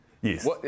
Yes